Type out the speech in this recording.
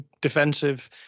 defensive